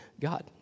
God